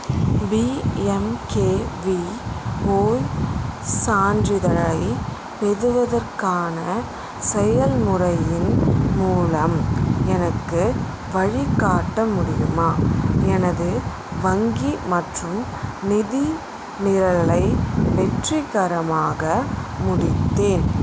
PMKVY சான்றிதழை பெறுவதற்கான செயல் முறையின் மூலம் எனக்கு வழிக்காட்ட முடியுமா எனது வங்கி மற்றும் நிதி நிரல்களை வெற்றிகரமாக முடித்தேன்